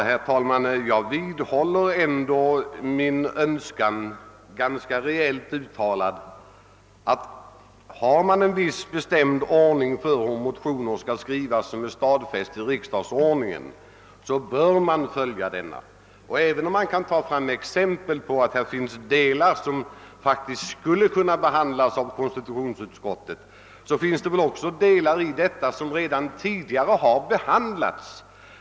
Herr talman! Jag vidhåller ändå min ganska reellt uttalade önskan att har man en viss bestämd ordning, stadfäst i riksdagsordningen, för hur motioner skall skrivas, bör man följa denna ordning. Även om man kan ta fram exempel på att det här finns delar som faktiskt skulle kunna behandlas av konstitutionsutskottet, finns det väl också delar som redan tidigare har behandlats.